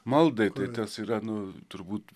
maldai tai tas yra nu turbūt